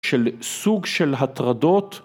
‫של סוג של הטרדות.